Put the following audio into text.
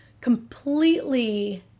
completely